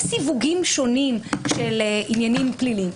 יש סיווגים שונים של עניינים פליליים.